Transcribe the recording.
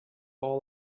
all